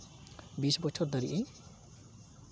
ᱵᱤᱥ ᱵᱚᱪᱷᱚᱨ ᱫᱷᱟᱹᱵᱤᱡ ᱤᱧ